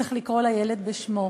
צריך לקרוא לילד בשמו.